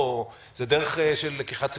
זו דרך של לקיחת סיכונים.